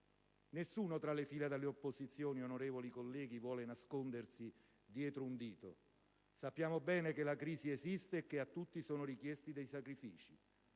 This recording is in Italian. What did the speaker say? Nessuno tra le fila dell'opposizione, onorevoli colleghi, vuole nascondersi dietro un dito. Sappiamo bene che la crisi esiste e che a tutti sono richiesti dei sacrifici.